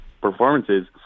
performances